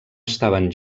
estaven